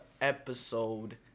episode